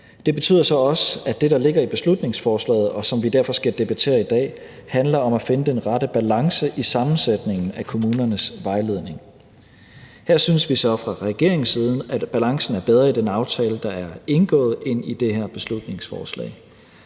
Det betyder så også, at det, der ligger i beslutningsforslaget, og som vi derfor skal debattere i dag, handler om at finde den rette balance i sammensætningen af kommunernes vejledning. Her synes vi så fra regeringens side, at balancen er bedre i den aftale, der er indgået, end i det her beslutningsforslag.